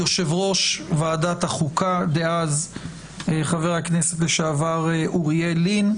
יושב-ראש ועדת החוקה דאז חבר הכנסת לשעבר אוריאל לין,